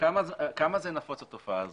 כמה נפוצה התופעה הזאת?